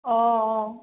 অঁ অঁ